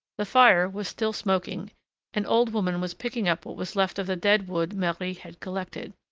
the fire was still smoking an old woman was picking up what was left of the dead wood marie had collected.